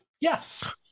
Yes